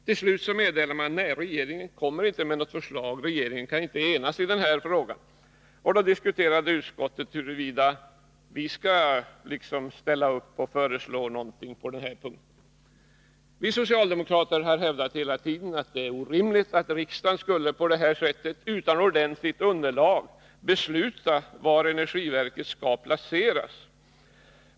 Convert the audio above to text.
Till slut meddelade man att regeringen inte avsåg framlägga något förslag, för regeringen kunde inte enas i den här frågan. Då diskuterade vi inom utskottet huruvida vi skulle ställa upp och föreslå någonting på den här punkten. Vi socialdemokrater har hela tiden hävdat att det är orimligt att riksdagen på detta sätt, utan ordentligt underlag, skall besluta om var energiverket skall placeras.